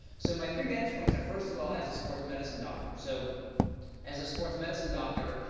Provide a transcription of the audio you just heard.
so my three vantage points are, first of all, as a sports medicine doctor. so as a sports medicine doctor,